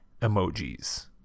emojis